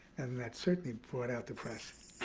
and that certainly brought out the press.